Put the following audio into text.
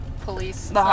Police